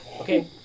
Okay